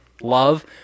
Love